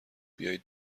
بیایید